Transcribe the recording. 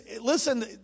listen